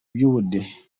by’ubudehe